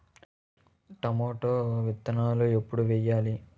Tomato విత్తనాలు ఎప్పుడు వెయ్యాలి?